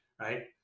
right